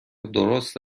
درست